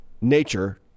nature